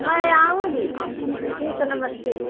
मैं आऊँगी ठीक है नमस्ते